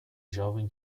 jovem